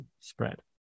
spread